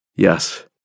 Yes